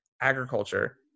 agriculture